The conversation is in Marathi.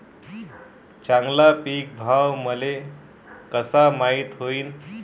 चांगला पीक भाव मले कसा माइत होईन?